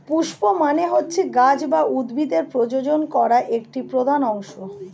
পুস্প মানে হচ্ছে গাছ বা উদ্ভিদের প্রজনন করা একটি প্রধান অংশ